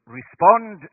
respond